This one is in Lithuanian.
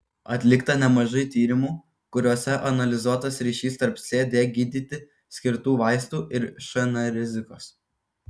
atlikta nemažai tyrimų kuriuose analizuotas ryšys tarp cd gydyti skirtų vaistų ir šn rizikos